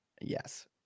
Yes